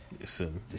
Listen